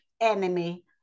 enemy